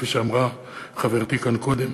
כפי שאמרה חברתי כאן קודם,